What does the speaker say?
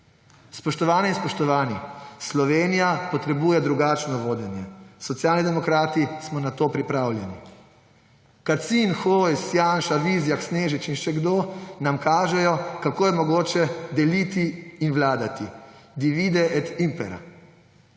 Spoštovane in spoštovani! Slovenija potrebuje drugačno vodenje. Socialni demokrati smo na to pripravljeni. Kacin, Hojs, Janša, Vizjak, Snežič in še kdo nam kažejo, kako je mogoče deliti in vladati. Divide et impera.